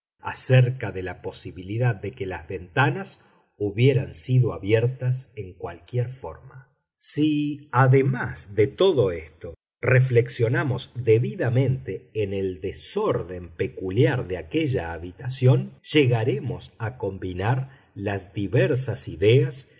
acerca de la posibilidad de que las ventanas hubieran sido abiertas en cualquier forma si además de todo esto reflexionamos debidamente en el desorden peculiar de aquella habitación llegaremos a combinar las diversas ideas